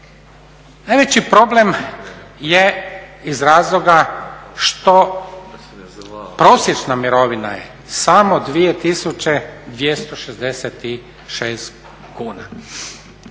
Najveći problem je iz razloga što prosječna mirovina je samo 2.266 kuna.